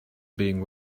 being